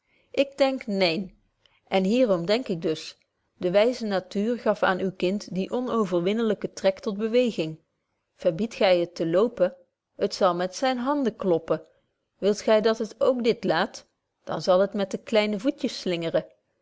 ik denk neen en hierom denk ik dus de wyze natuur gaf aan uw kind die onoverwinnelyke trek tot beweging verbiedt gy het te lopen het zal met zyn handen kloppen wilt gy dat het k dit laat dan zal het met de kleine voetjes slingeren